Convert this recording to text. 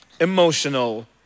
emotional